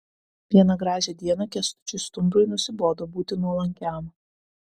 vieną gražią dieną kęstučiui stumbrui nusibodo būti nuolankiam